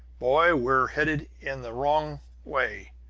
boy, we're headed in the wrong way!